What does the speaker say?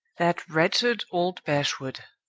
that wretched old bashwood!